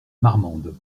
marmande